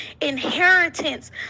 inheritance